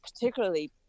particularly